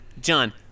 John